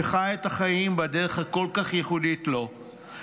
שחי את החיים בדרך הכל-כך ייחודית לו,